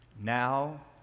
Now